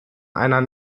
einer